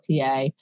PA